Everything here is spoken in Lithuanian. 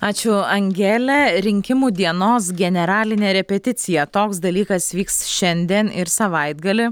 ačiū angele rinkimų dienos generalinė repeticija toks dalykas vyks šiandien ir savaitgalį